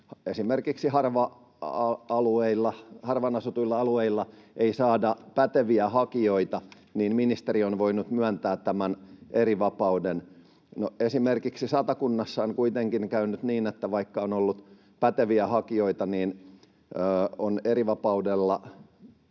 esimerkiksi harvaan asutuilla alueilla ei saada päteviä hakijoita, niin ministeriö on voinut myöntää tämän erivapauden. No, esimerkiksi Satakunnassa on kuitenkin käynyt niin, että vaikka on ollut päteviä hakijoita, niin on erivapauden